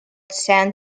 saint